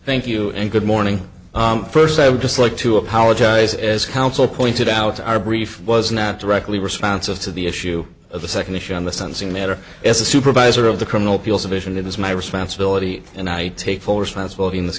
thank you and good morning first i would just like to apologize as counsel pointed out our brief was not directly responsive to the issue of the second issue on the sentencing matter as a supervisor of the criminal appeals of vision it is my responsibility and i take full responsibility in this